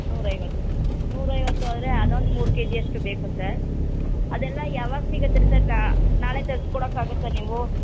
ನೂರೈವತ್ತು ನೂರೈವತ್ತು ಆದರೆ ಅದೊಂದು ಮೂರು ಕೆ ಜಿಯಷ್ಟು ಬೇಕು ಸರ್ ಅದೆಲ್ಲ ಯಾವಾಗ ಸಿಗುತ್ತೆ ಸರ್ ನಾಳೆ ತರ್ಸ್ಕೊಡಕ್ಕೆ ಆಗುತ್ತಾ ನೀವು